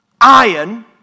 iron